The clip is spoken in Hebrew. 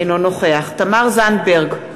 אינו נוכח תמר זנדברג,